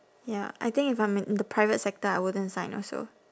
ya I think if I'm in in the private sector I wouldn't sign also